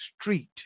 street